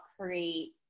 create